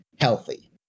healthy